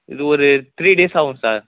இது ஒரு three days ஆகும் சார்